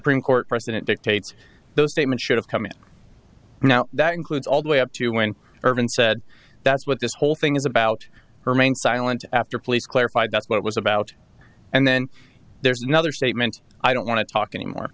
supreme court precedent dictates those statements should have come in now that includes all the way up to when ervin said that's what this whole thing is about remained silent after police clarified that's what was about and then there's another statement i don't want to talk any more